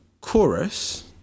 chorus